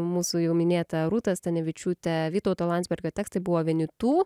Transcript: mūsų jau minėtą rūtą stanevičiūtę vytauto landsbergio tekstai buvo vieni tų